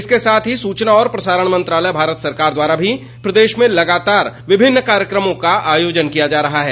इसके साथ ही सूचना और प्रसारण मंत्रालय भारत सरकार द्वारा भी प्रदेश में लगातार विभिन्न कार्यक्रमों का आयोजन किया जा रहा है